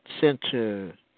center